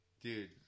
Dude